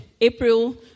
April